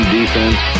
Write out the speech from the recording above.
defense